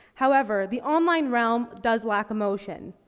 however, the online realm does lack emotion.